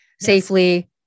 safely